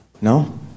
No